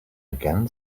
again